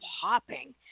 popping